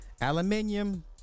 aluminium